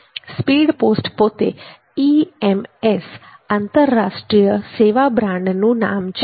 speed post પોતે EMS આંતરરાષ્ટ્રીય સેવા બ્રાન્ડનું નામ છે